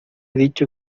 dicho